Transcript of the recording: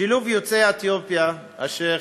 שילוב יוצאי אתיופיה, השיח'